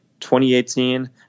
2018